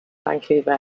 vancouver